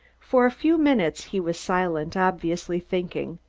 for a few minutes he was silent, obviously thinking,